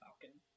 falcon